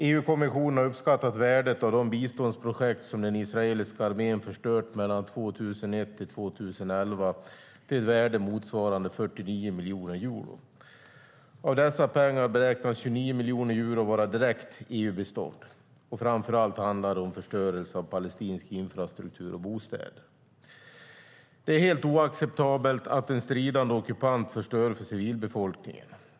EU-kommissionen har uppskattat värdet av de biståndsprojekt som den israeliska armén förstörde mellan 2001 och 2011 till ett värde motsvarande 49 miljoner euro. Av dessa pengar beräknas 29 miljoner euro vara direkt EU-bistånd. Framför allt handlar det om förstörelse av palestinsk infrastruktur och bostäder. Det är helt oacceptabelt att en stridande ockupant förstör för civilbefolkningen.